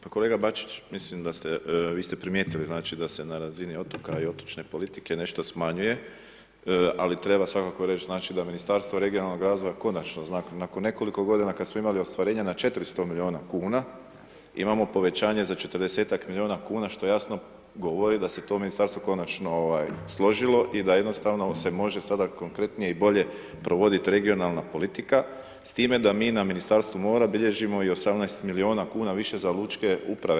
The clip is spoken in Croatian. Pa kolega Bačić, mislim da ste, vi ste primijetili znači da se na razini otoka i otočne politike nešto smanjuje ali treba svakako reći da Ministarstvo regionalnog razvoja konačno zna nakon nekoliko godina kad smo imali ostvarenje na 400 milijuna kuna, imamo povećanje za 40-ak milijuna što jasno govori da se to ministarstvo konačno složilo da jednostavno se može sada konkretnije i bolje provoditi regionalna politika s time da mi na Ministarstvu mora bilježimo i 18 milijuna kn više za ručke uprave.